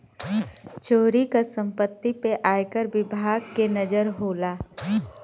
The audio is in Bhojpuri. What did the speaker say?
चोरी क सम्पति पे आयकर विभाग के नजर होला